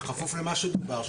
בכפוף למה שדובר,